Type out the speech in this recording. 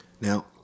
Now